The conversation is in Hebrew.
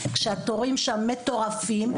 כשהתורים שם מטורפים,